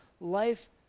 life